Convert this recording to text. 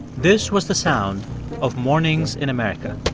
this was the sound of mornings in america.